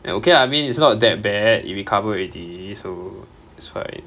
then okay ah I mean it's not that bad it recover already so it's fine